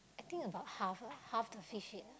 I think about half lah half the fish head